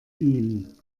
ihn